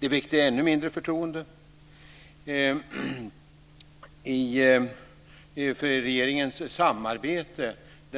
Det väckte ännu mindre förtroende. Den